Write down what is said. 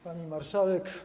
Pani Marszałek!